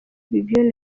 bibio